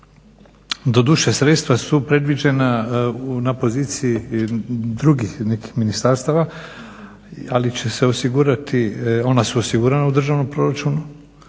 Doduše sredstva su predviđena na poziciji drugih nekih ministarstava ali će se osigurati, ona su osigurana u državnom proračunu